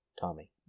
Tommy